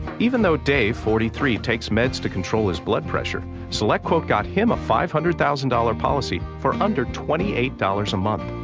even though dave, forty three, takes meds to control his blood pressure, selectquote got him a five hundred thousand dollars policy for under twenty eight dollars a month.